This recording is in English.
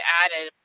added